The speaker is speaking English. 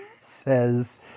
says